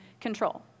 control